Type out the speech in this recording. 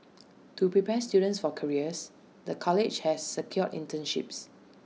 to prepare students for careers the college has secured internships